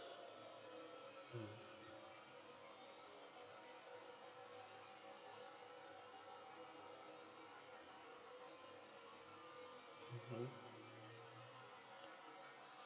hmm mmhmm